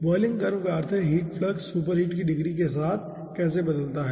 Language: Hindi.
बॉयलिंग कर्व का अर्थ है कि हीट फ्लक्स सुपरहीट की डिग्री के साथ कैसे बदलता है